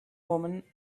woman